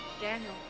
Daniel